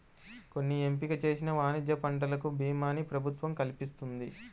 కొన్ని ఎంపిక చేసిన వాణిజ్య పంటలకు భీమాని ప్రభుత్వం కల్పిస్తున్నది